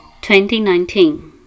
2019